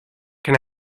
can